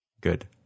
Good